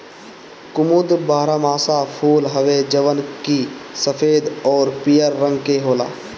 कुमुद बारहमासा फूल हवे जवन की सफ़ेद अउरी पियर रंग के होला